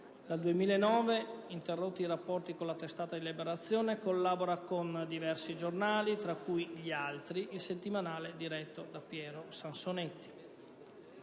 Dal 2009, interrotti i rapporti con la testata di "Liberazione" collabora con diversi giornali, tra cui «Gli Altri», settimanale diretto da Piero Sansonetti.